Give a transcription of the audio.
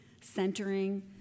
centering